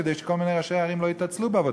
כדי שכל מיני ראשי ערים לא יתעצלו בעבודתם.